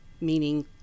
meaning